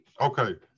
Okay